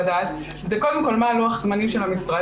למשל